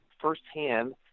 firsthand